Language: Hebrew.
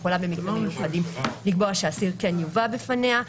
היא יכולה במקרים מיוחדים לקבוע שאסיר יובא בפניה.